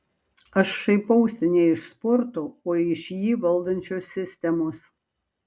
aš šaipausi ne iš sporto o iš jį valdančios sistemos